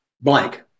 blank